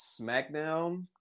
SmackDown